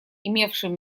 имевшим